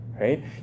right